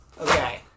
Okay